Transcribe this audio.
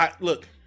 look